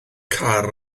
car